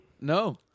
No